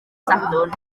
sadwrn